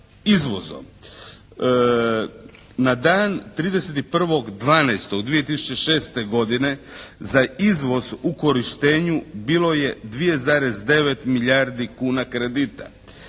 izvozom. Na dan 31.12.2006. godine za izvoz u korištenju bilo je 2,9 milijardi kuna kredita.